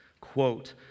quote